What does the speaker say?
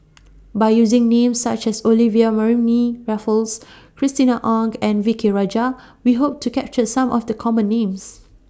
By using Names such as Olivia Mariamne Raffles Christina Ong and V K Rajah We Hope to capture Some of The Common Names